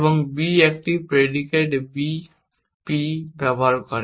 এবং b একটি predicate b predicate p ব্যবহার করে